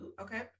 okay